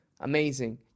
Amazing